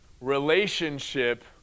relationship